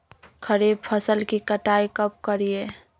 खरीफ फसल की कटाई कब करिये?